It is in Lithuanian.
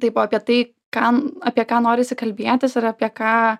taip o apie tai kam apie ką norisi kalbėtis ir apie ką